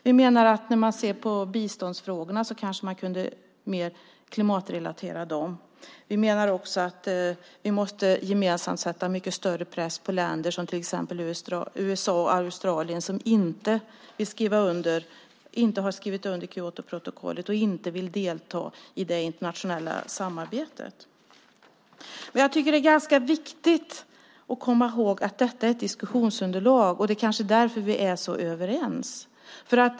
Vi menar att man kanske kunde klimatrelatera biståndsfrågorna. Vi menar också att vi gemensamt måste sätta mycket större press på länder, till exempel USA och Australien, som inte har skrivit under Kyotoprotokollet och inte vill delta i det internationella samarbetet. Jag tycker att det är viktigt att komma ihåg att detta är ett diskussionsunderlag. Det kanske är därför vi är så överens.